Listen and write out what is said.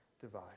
divide